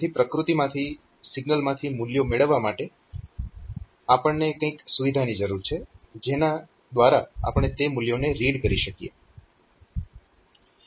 તેથી પ્રકૃતિમાંથી સિગ્નલમાંથી મૂલ્યો મેળવવા માટે આપણને કંઈક સુવિધાની જરૂર છે જેના દ્વારા આપણે તે મૂલ્યોને રીડ કરી શકીએ